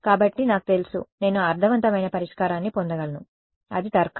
కాబట్టి నాకు తెలుసు నేను అర్థవంతమైన పరిష్కారాన్ని పొందగలను అది తర్కం